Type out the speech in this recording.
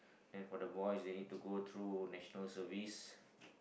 then for the boys they need to go through next no service